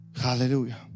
Hallelujah